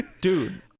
dude